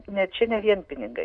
ne čia ne vien pinigai